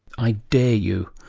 i dare you.